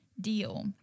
deal